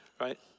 right